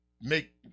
make